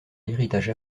l’héritage